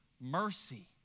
mercy